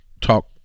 talk